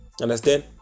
Understand